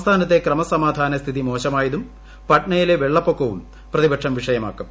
സംസ്ഥാനത്തെ ക്രമസമാധാന സ്ഥിതി മോശമായതും പട്നയിലെ വെള്ളപ്പൊക്കവും പ്രതിപക്ഷം വിഷയമാക്കും